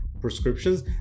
prescriptions